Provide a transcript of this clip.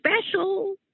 special